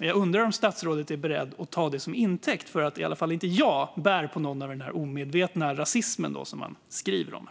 Jag undrar om statsrådet är beredd att ta det till intäkt för att i alla fall inte jag bär på denna omedvetna rasism som man skriver om.